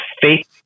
fake